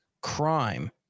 crime